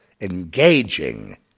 engaging